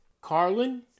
Carlin